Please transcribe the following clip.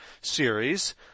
series